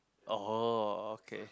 oh okay